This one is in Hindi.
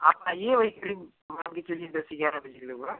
आप आइए वही करीब मान लीजिए कि दस ग्यारह बजे के लगभग